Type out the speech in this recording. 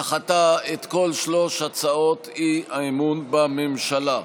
הכנסת דחתה את כל שלוש הצעות האי-אמון בממשלה.